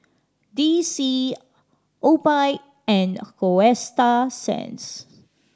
D C Obike and Coasta Sands